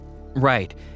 Right